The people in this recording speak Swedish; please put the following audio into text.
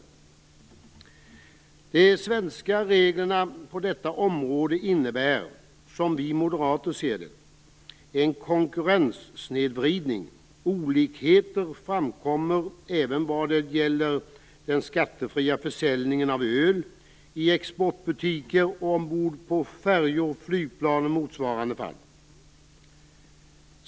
De svenska reglerna på detta område innebär som vi moderater ser det en konkurrenssnedvridning. Olikheter framkommer även vad gäller den skattefria försäljningen av öl i exportbutiker och ombord på färjor och flygplan i motsvarande fall.